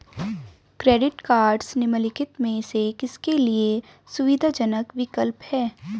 Credit cards निम्नलिखित में से किसके लिए सुविधाजनक विकल्प हैं?